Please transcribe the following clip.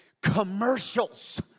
commercials